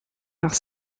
nach